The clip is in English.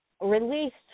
released